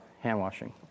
hand-washing